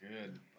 good